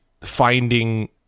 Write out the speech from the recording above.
finding